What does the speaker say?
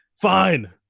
Fine